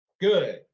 Good